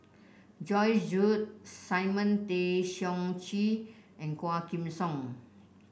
Joyce Jue Simon Tay Seong Chee and Quah Kim Song